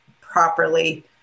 properly